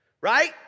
Right